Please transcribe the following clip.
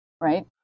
right